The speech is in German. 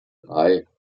drei